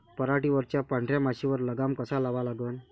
पराटीवरच्या पांढऱ्या माशीवर लगाम कसा लावा लागन?